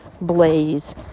blaze